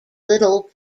little